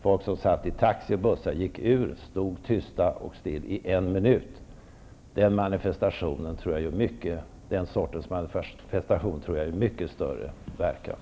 Folk som satt i taxi eller bussar gick ur och stod tysta och stilla i en minut. Det slaget av manifestation tror jag gör mycket större verkan.